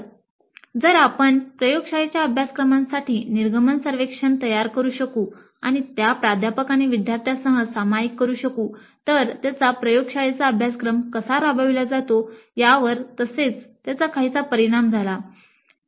तर जर आपण प्रयोगशाळेच्या अभ्यासक्रमांसाठी निर्गमन सर्वेक्षण तयार करू शकू आणि त्या प्राध्यापक आणि विद्यार्थ्यांसह सामायिक करू शकू तर त्याचा प्रयोगशाळेचा अभ्यासक्रम कसा राबविला जातो यावर तसेच त्याचा काहीसा परिणाम होऊ शकतो